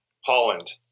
Holland